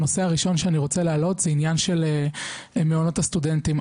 הנושא הראשון שאני רוצה להעלות הוא העניין של מעונות הסטודנטים.